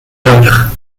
nodig